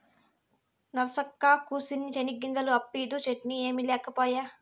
నరసక్కా, కూసిన్ని చెనిగ్గింజలు అప్పిద్దూ, చట్నీ ఏమి లేకపాయే